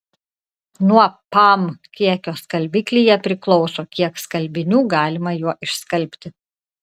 nuo pam kiekio skalbiklyje priklauso kiek skalbinių galima juo išskalbti